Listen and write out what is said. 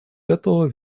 готово